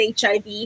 HIV